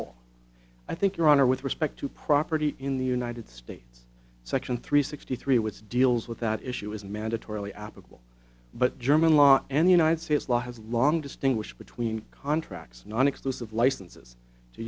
all i think your honor with respect to property in the united states section three sixty three which deals with that issue is mandatorily applicable but german law and the united states law has long distinguished between contracts non exclusive licenses to